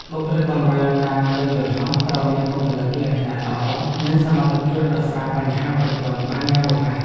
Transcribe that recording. បុគ្គលិកបម្រើការលើយន្តហោះត្រូវមានបុគ្គលិកលក្ខណៈល្អ និងសមត្ថភាពដោះស្រាយបញ្ហាបន្ទាន់បានយ៉ាងរហ័ស។